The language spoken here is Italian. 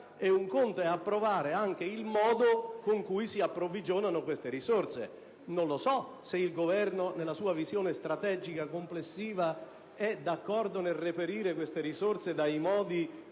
altro è approvare anche il modo con cui si approvvigionano. Non so se il Governo nella sua visione strategica complessiva è d'accordo nel reperire queste risorse secondo